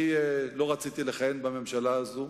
אני לא רציתי לכהן בממשלה הזו,